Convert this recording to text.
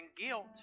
guilt